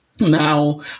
Now